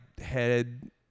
head